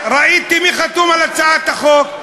וראיתי מי חתום על הצעת החוק.